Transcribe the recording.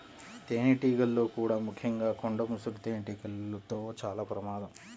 తేనెటీగల్లో కూడా ముఖ్యంగా కొండ ముసురు తేనెటీగలతో చాలా ప్రమాదం